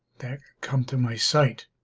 that come to my site